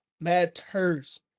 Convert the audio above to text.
matters